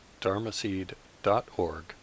dharmaseed.org